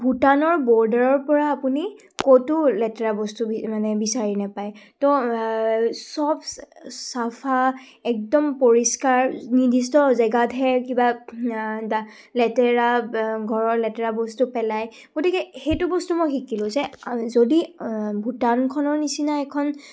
ভূটানৰ বৰ্ডাৰৰ পৰা আপুনি ক'তো লেতেৰা বস্তু মানে বিচাৰি নাপায় তো চব চাফা একদম পৰিষ্কাৰ নিৰ্দিষ্ট জেগাতহে কিবা লেতেৰা ঘৰৰ লেতেৰা বস্তু পেলায় গতিকে সেইটো বস্তু মই শিকিলোঁ যে যদি ভূটানখনৰ নিচিনা এখন